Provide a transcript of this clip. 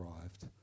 arrived